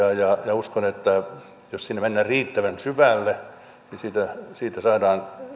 uskon että jos sinne mennään riittävän syvälle niin siitä saadaan